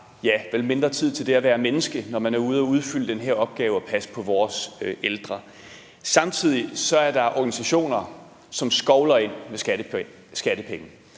bare mindre tid til det at være menneske, når man er ude at udføre den her opgave og passe på vores ældre. Samtidig er der organisationer, som skovler skattepenge